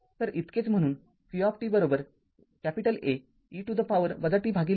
तर इतकेच म्हणूनच v A e to the power tRC आहे